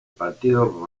partido